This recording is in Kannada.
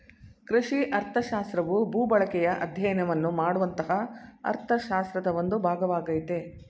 ಕೃಷಿ ಅರ್ಥಶಾಸ್ತ್ರವು ಭೂಬಳಕೆಯ ಅಧ್ಯಯನವನ್ನು ಮಾಡುವಂತಹ ಅರ್ಥಶಾಸ್ತ್ರದ ಒಂದು ಭಾಗವಾಗಯ್ತೆ